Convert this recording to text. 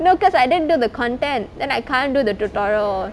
no because I didn't do the content then I can't do the tutorial